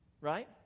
right